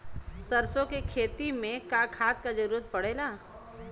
सरसो के खेती में का खाद क जरूरत पड़ेला?